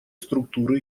структуры